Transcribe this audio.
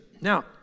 Now